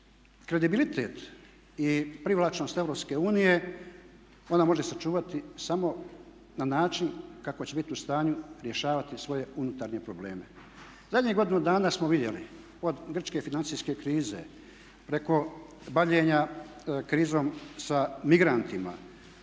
kredibilitet i privlačnost Europske unije ona može sačuvati samo na način kako će biti u stanju rješavati svoje unutarnje probleme. Zadnjih godinu dana smo vidjeli od grčke financijske krize, od bavljenja krizom sa migrantima,